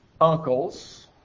uncles